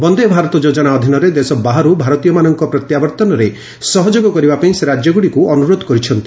ବନ୍ଦେ ଭାରତ ଯୋଜନା ଅଧୀନରେ ଦେଶ ବାହାର୍ ଭାରତୀୟମାନଙ୍କ ପ୍ରତ୍ୟାବର୍ତ୍ତନରେ ସହଯୋଗ କରିବା ପାଇଁ ସେ ରାଜ୍ୟଗୁଡ଼ିକୁ ଅନୁରୋଧ କରିଛନ୍ତି